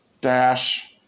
dash